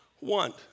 want